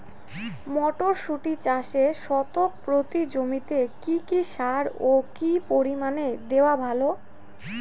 মটরশুটি চাষে শতক প্রতি জমিতে কী কী সার ও কী পরিমাণে দেওয়া ভালো?